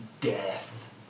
death